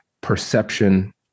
perception